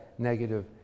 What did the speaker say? Negative